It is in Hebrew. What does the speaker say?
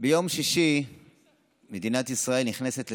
ביום שישי מדינת ישראל נכנסת לסגר.